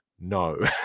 No